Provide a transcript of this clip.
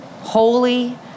holy